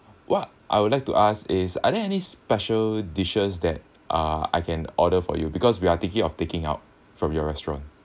what I would like to ask is are there any special dishes that uh I can order from you because we are thinking of taking out from your restaurant